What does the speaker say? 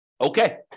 Okay